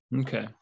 Okay